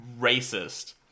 racist